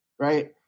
right